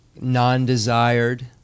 non-desired